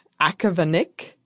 Akavanik